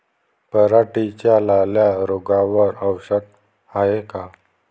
पराटीच्या लाल्या रोगावर औषध हाये का?